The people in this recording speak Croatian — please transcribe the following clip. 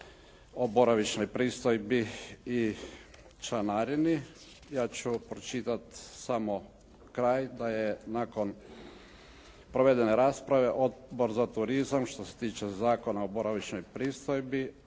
o boravišnoj pristojbi i članarini ja ću pročitati samo kraj da je nakon provedene rasprave Odbor za turizam što se tiče Zakona o boravišnoj pristojbi